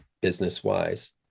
business-wise